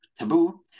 taboo